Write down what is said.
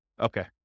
Okay